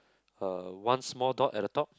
uh one small dot at the top